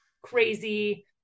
crazy